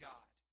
God